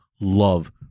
love